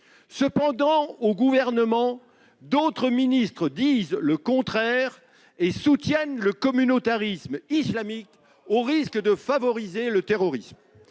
Cependant, au Gouvernement, d'autres ministres disent le contraire et soutiennent le communautarisme islamique, au risque de favoriser le terrorisme.